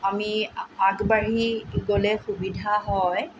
আমি আগবাঢ়ি গ'লে সুবিধা হয়